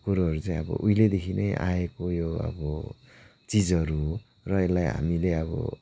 कुरोहरू चाहिँ अब उहिलेदेखि नै आएको यो अब चिजहरू हो र यसलाई हामीले अब